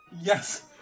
yes